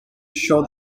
show